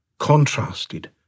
Contrasted